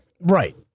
Right